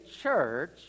church